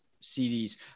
series